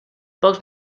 pocs